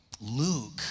Luke